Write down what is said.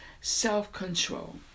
Self-control